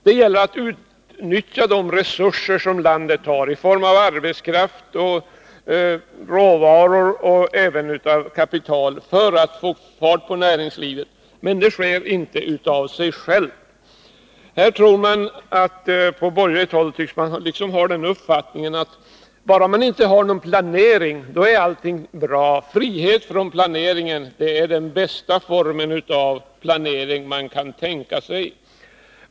Det gäller att utnyttja de resurser som landet har i form av arbetskraft, råvaror och även kapital för att få fart på näringslivet. Det sker inte av sig självt. På borgerligt håll tycks man ha uppfattningen att bara man inte har någon planering är allting bra. Frihet från planering är den bästa form av planering man kan tänka sig.